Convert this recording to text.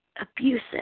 abusive